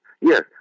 Yes